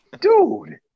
Dude